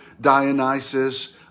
Dionysus